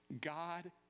God